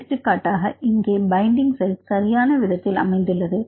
எடுத்துக்காட்டாக இங்கே binding side சரியான விதத்தில் அமைந்துள்ளது